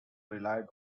relied